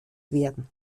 werden